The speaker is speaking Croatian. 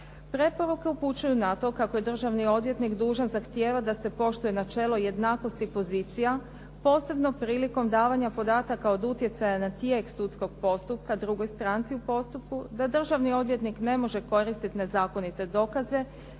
Preporuke upućuju na to kako je državni odvjetnik dužan zahtijevat da se poštuje načelo jednakosti i pozicija, posebno prilikom davanja podataka od utjecaja na tijek sudskog postupka drugoj stranci u postupku, da državni odvjetnik ne može koristiti nezakonite dokaze